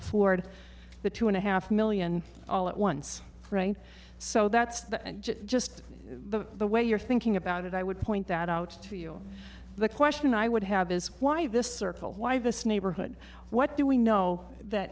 afford the two and a half million all at once so that's just the way you're thinking about it i would point that out to you the question i would have is why this circle why this neighborhood what do we know that